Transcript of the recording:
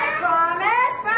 promise